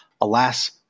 Alas